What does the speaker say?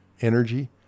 Energy